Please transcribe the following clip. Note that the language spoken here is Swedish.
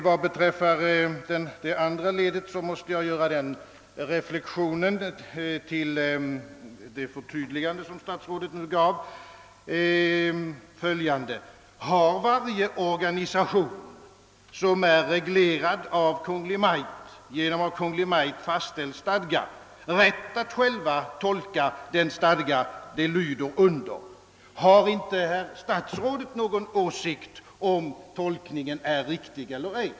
Vad beträffar det andra ledet måste jag göra följande reflexion till det förtydligande som statsrådet nu lämnade: Har varje organisation, som är reglerad av Kungl. Maj:t genom av Kungl. Maj:t fastställd stadga, rätt att själv tolka den stadga organisationen lyder under? Har inte herr statsrådet någon åsikt om huruvida tolkningen är riktig eller ej?